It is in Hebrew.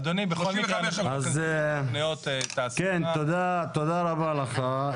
תודה רבה לך.